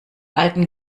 alten